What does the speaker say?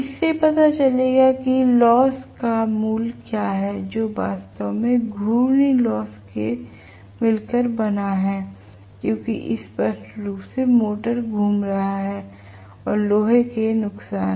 इससे पता चलेगा कि लॉस का मूल्य क्या है जो वास्तव में घूर्णी लॉस से मिलकर बन सकता है क्योंकि स्पष्ट रूप से मोटर घुम रहा है और लोहे के नुकसान